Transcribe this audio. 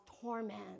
torment